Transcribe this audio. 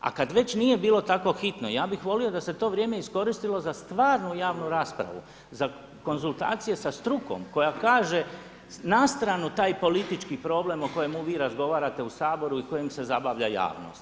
A kad već nije bilo tako hitno ja bih volio da se to vrijeme iskoristilo za stvarnu javnu raspravu, za konzultacije sa strukom koja kaže na stranu taj politički problem o kojemu vi razgovarate u Saboru i kojim se zabavlja javnost.